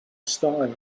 style